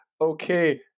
okay